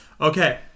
Okay